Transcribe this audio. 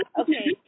Okay